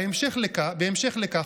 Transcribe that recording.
בהמשך לכך,